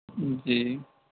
جی